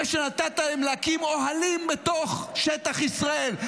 זה שנתת להם להקים אוהלים בתוך שטח ישראל,